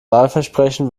wahlversprechen